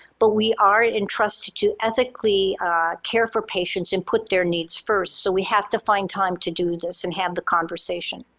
but we are entrusted to ethically care for patients and put their needs first so we have to find time to do this and have the conversation.